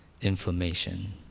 inflammation